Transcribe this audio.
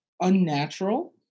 unnatural